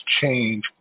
change